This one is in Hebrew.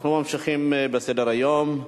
אנחנו ממשיכים בסדר-היום.